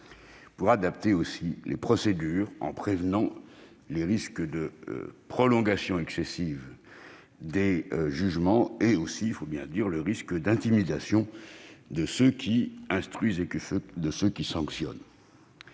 pour adapter les procédures en prévenant les risques de prolongation excessive des jugements comme, il faut bien dire, le risque de l'intimidation de ceux qui instruisent et de ceux qui sanctionnent.